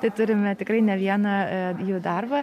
tai turime tikrai ne vieną jų darbą